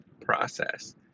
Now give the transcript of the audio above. process